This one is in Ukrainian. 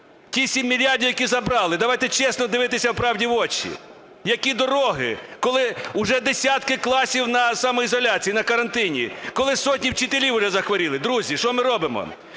ті 7 мільярдів, які забрали. Давайте чесно дивитися правді в очі. Які дороги? Коли уже десятки класів на самоізоляції, на карантині, коли сотні вчителів уже захворіли. Друзі, що ми робимо?